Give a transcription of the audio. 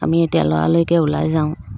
আমি এতিয়া লৰালৰিকৈ ওলাই যাওঁ